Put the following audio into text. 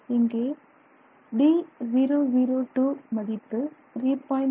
இங்கே d002 மதிப்பு 3